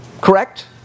Correct